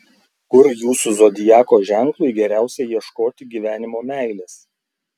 kur jūsų zodiako ženklui geriausia ieškoti gyvenimo meilės